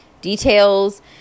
details